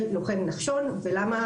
לוחם נחשון לכבול את העצור או את האסיר.